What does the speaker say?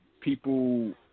people